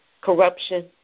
corruption